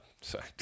Sorry